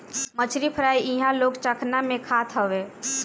मछरी फ्राई इहां लोग चखना में खात हवे